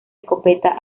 escopeta